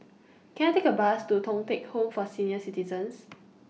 Can I Take A Bus to Thong Teck Home For Senior Citizens